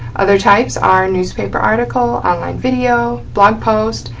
other types are newspaper article, online video, blog post,